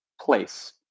place